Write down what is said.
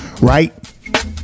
Right